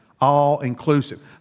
all-inclusive